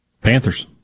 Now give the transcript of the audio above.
Panthers